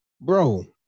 Bro